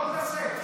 בוא תנסה.